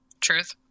truth